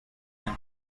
and